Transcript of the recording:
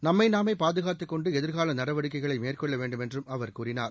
நம்மைநாமே பாதுகாத்துக் கொண்டு எதிர்கால நடவடிக்கைகளை மேற்கொள்ள வேண்டுமென்றும் அவர் கூறினார்